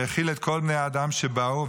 שהאכיל את כל בני האדם שבאו,